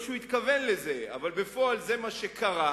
לא שהוא התכוון לזה אבל בפועל זה מה שקרה,